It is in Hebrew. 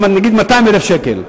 נגיד של 200,000 שקל,